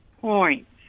points